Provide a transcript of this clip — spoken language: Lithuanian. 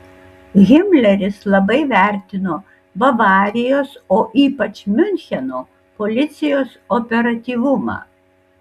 himleris labai vertino bavarijos o ypač miuncheno policijos operatyvumą